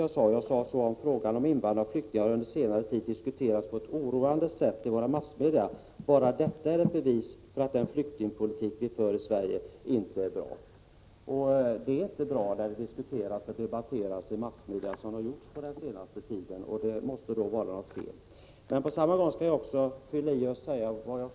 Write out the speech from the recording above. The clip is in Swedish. Jag sade: Frågan om invandrare och flyktingar har under senare tid diskuterats på ett oroande sätt i våra massmedia. Bara detta är ett bevis för att den flyktingpolitik vi för i Sverige inte är bra. Det är inte bra när det diskuteras och debatteras i massmedia så som skett under den senaste tiden. Det måste då vara något fel. På samma gång vill jag emellertid upprepa vad jag också sade tidigare: 25 Prot.